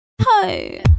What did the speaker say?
Hi